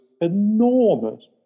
enormous